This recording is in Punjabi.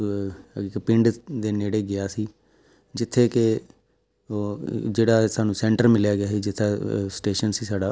ਇੱਕ ਪਿੰਡ ਦੇ ਨੇੜੇ ਗਿਆ ਸੀ ਜਿੱਥੇ ਕਿ ਜਿਹੜਾ ਇਹ ਸਾਨੂੰ ਸੈਂਟਰ ਮਿਲਿਆ ਗਿਆ ਸੀ ਜਿੱਥੇ ਸਟੇਸ਼ਨ ਸੀ ਸਾਡਾ